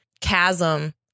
chasm